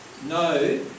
No